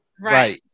Right